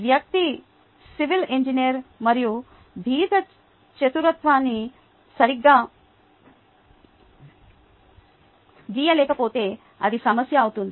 వ్యక్తి civil engineer మరియు దీర్ఘచతురస్రాన్ని సరిగ్గా గీయలేకపోతే అది సమస్య అవుతుంది